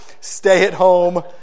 stay-at-home